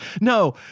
no